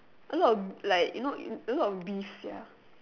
a lot of like you know a lot of beef sia